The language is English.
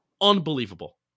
Unbelievable